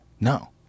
No